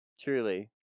Truly